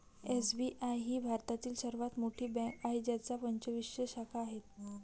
SBI ही भारतातील सर्वात मोठी बँक आहे ज्याच्या पंचवीसशे शाखा आहेत